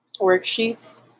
worksheets